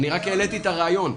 רק העליתי את הרעיון.